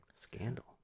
Scandal